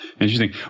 Interesting